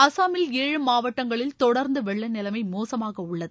அசாமில் ஏழு மாவட்டங்களில் தொடர்ந்து வெள்ள நிலைமை மோசமாக உள்ளது